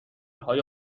های